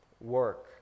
work